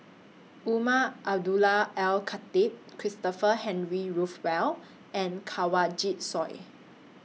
Umar Abdullah Al Khatib Christopher Henry Rothwell and Kanwaljit Soin